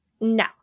No